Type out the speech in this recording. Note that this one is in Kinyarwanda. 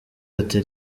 ati